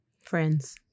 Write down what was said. friends